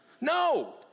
No